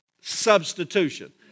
substitution